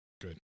Good